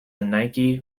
nike